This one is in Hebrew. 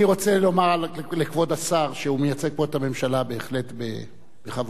אני רוצה לומר לכבוד השר שמייצג פה את הממשלה בהחלט בכבוד,